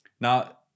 now